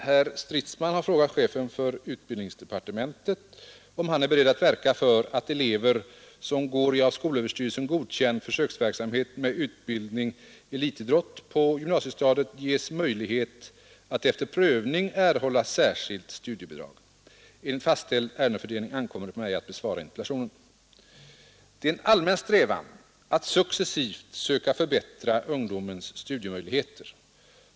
Herr talman! Herr Stridsman har frågat chefen för utbildningsdepartementet, om han är beredd att verka för att elever som går i av skolöverstyrelsen godkänd försöksverksamhet med utbildning-elitidrott på gymnasiestadiet ges möjlighet att efter prövning erhålla särskilt studiebidrag. Enligt fastställd ärendefördelning ankommer det på mig att besvara interpellationen. Det är en allmän strävan att successivt söka förbättra ungdomens studiemöjligheter.